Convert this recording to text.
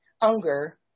Unger